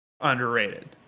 underrated